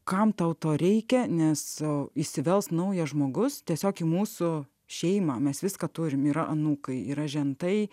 kam tau to reikia ne sau įsivels naujas žmogus tiesiog į mūsų šeimą mes viską turime yra anūkai yra žentai